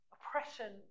Oppression